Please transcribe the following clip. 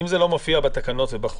אם זה לא מופיע בתקנות או בחוק,